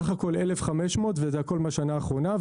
סך הכול 1,500 והכול מהשנה האחרונה,